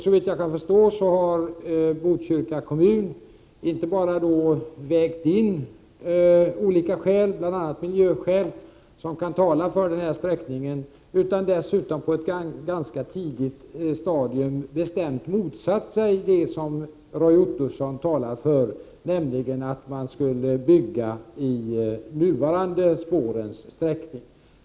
Såvitt jag kan förstå har Botkyrka kommun inte bara vägt in olika skäl, bl.a. miljöskäl, som kan tala för den här sträckningen. Dessutom har man på ett ganska tidigt stadium bestämt motsatt sig det som Roy Ottosson talar för, nämligen att bygga i nuvarande spårens sträckning.